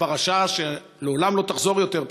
בפרשה שלעולם לא תחזור יותר,